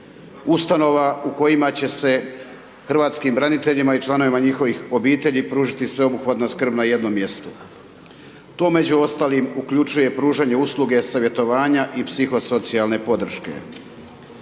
ustanova u kojima će hrvatskim braniteljima i članovima njihovih obitelji pružiti sveobuhvatna skrb na jednom mjestu. To među ostalim uključuje pružanje usluge savjetovanja i psihosocijalne podrške.